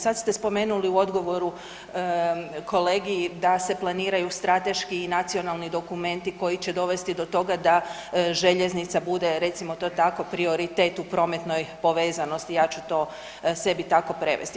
Sad ste spomenuli u odgovoru kolegi da se planiraju strateški i nacionalni dokumenti koji će dovesti do toga željeznica bude recimo to tako, prioritet u prometnoj povezanosti, ja ću to sebi tako prevesti.